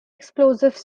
explosives